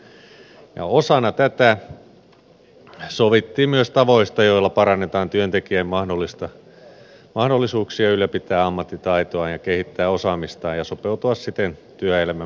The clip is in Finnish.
osana tätä sovittiin myös tavoista joilla parannetaan työntekijän mahdollisuuksia ylläpitää ammattitaitoaan kehittää osaamistaan ja sopeutua siten työelämän muutoksiin